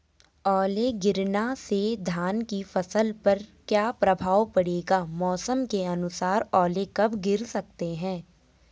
ओले गिरना से धान की फसल पर क्या प्रभाव पड़ेगा मौसम के अनुसार ओले कब गिर सकते हैं?